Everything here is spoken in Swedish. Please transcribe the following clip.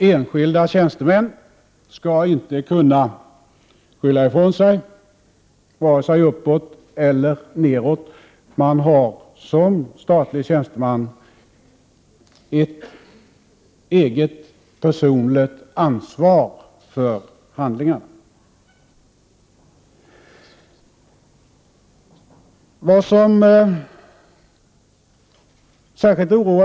Enskilda tjänstemän skall inte kunna skylla ifrån sig, vare sig uppåt eller nedåt. Statliga tjänstemän har ett personligt ansvar för handlingar.